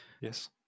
yes